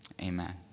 amen